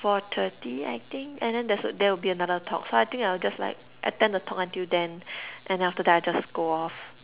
four thirty I think and then there's a there'll be another talk so I think I'll just like attend the talk until then and then after that I just go off